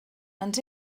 ens